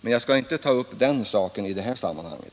Men jag skall inte ta upp den saken i det här sammanhanget.